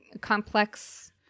complex